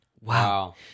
Wow